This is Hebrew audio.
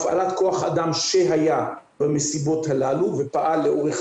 הפעלת כוח אדם שהיה במסיבות הללו ופעל לאורך